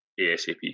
ASAP